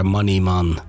Moneyman